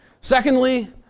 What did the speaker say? Secondly